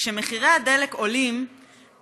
כשמחירי הדלק עולים,